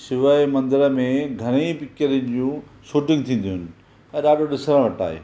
शिव जे मंदिर में घणी पिक्चरिन जूं शूटिंग थींदियूं आहिनि ऐं ॾाढो ॾिसणु वटि आहे